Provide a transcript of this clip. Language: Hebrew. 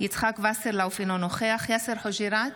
יצחק שמעון וסרלאוף, אינו נוכח יאסר חוג'יראת,